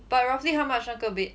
but roughly how much 那个 bed